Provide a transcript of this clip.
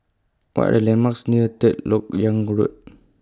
What Are The landmarks near Third Lok Yang Road